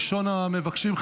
ראשון המבקשים,